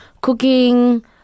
cooking